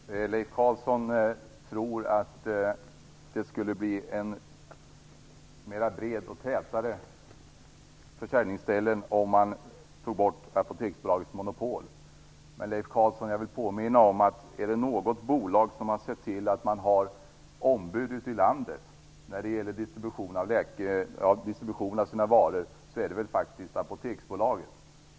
Fru talman! Leif Carlson tror att det skulle bli bredare och tätare försäljningsställen om man tog bort Apoteksbolagets monopol. Men jag vill påminna Leif Carlson om, att om det är något bolag som har sett till att ha ombud ute i landet när det gäller distribution av sina varor så är det väl Apoteksbolaget.